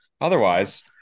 Otherwise